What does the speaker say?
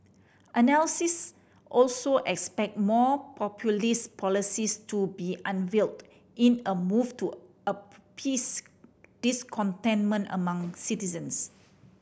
analysts also expect more populist policies to be unveiled in a move to appease discontentment among citizens